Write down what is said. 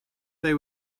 they